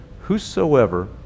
whosoever